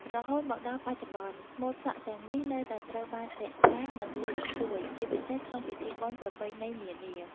រហូតមកដល់បច្ចុប្បន្នម៉ូតសក់ទាំងនេះនៅតែត្រូវបានរក្សា និងលើកស្ទួយ ជាពិសេសក្នុងពិធីបុណ្យប្រពៃណីនានា។